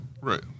Right